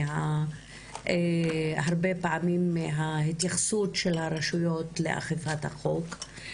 הרבה פעמים מההתייחסות של הרשויות לאכיפת החוק.